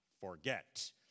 forget